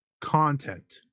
content